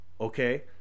okay